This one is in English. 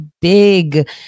big